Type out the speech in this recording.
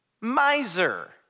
miser